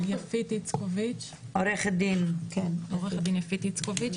עו"ד יפית איצקוביץ',